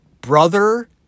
brother